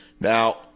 Now